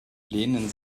lehnen